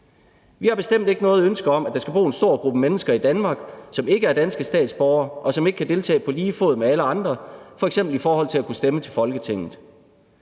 Vi har bestemt ikke noget ønske om, at der skal bo en stor gruppe mennesker i Danmark, som ikke er danske statsborgere, og som ikke kan deltage på lige fod med alle andre, f.eks. i forhold til at kunne stemme til Folketinget.